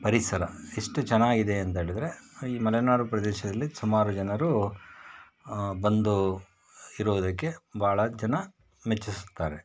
ಪರಿಸರ ಎಷ್ಟು ಚೆನ್ನಾಗಿದೆ ಅಂತ ಹೇಳಿದರೆ ಈ ಮಲೆನಾಡು ಪ್ರದೇಶದಲ್ಲಿ ಸುಮಾರು ಜನರು ಬಂದು ಇರುವುದಕ್ಕೆ ಭಾಳ ಜನ ಮೆಚ್ಚಿಸುತ್ತಾರೆ